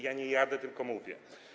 Ja nie jadę, tylko mówię.